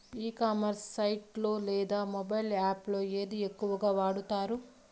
ఈ commerce site లో లేదా మొబైల్ యాప్ లో ఏది ఎక్కువగా వాడుతారు?